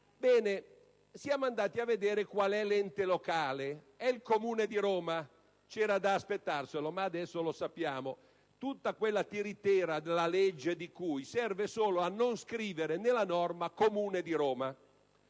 Ebbene, siamo andati a verificare qual è l'ente locale. Si tratta del Comune di Roma: c'era da aspettarselo, ma adesso lo sappiamo. Tutta quella tiritera relativamente alla «legge di cui...» serve solo a non scrivere nella norma Comune di Roma.